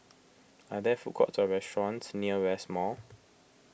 are there food courts or restaurants near West Mall